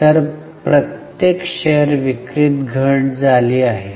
तर प्रत्येक शेअर विक्रीत घट झाली आहे